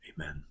Amen